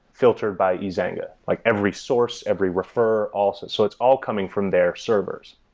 filtered by ezanga. like every source, every refer, all. so so it's all coming from their servers.